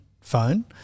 phone